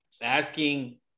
asking